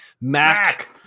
Mac